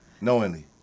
knowingly